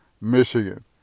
michigan